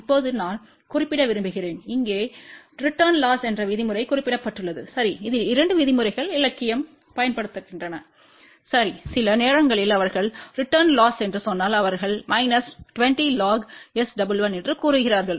இப்போது நான் குறிப்பிட விரும்புகிறேன் இங்கே ரிடன் லொஸ் என்ற விதிமுறை குறிப்பிடப்பட்டுள்ளது சரி இதில் இரண்டு விதிமுறைகள் இலக்கியம் பயன்படுத்தப்படுகின்றன சரி சில நேரங்களில் அவர்கள் ரிடன் லொஸ் என்று சொன்னால் அவர்கள் மைனஸ் 20 log என்று கூறுகிறார்கள்